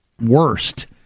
worst